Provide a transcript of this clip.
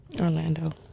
Orlando